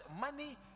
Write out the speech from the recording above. money